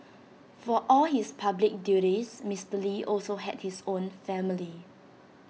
for all his public duties Mister lee also had his own family